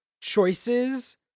choices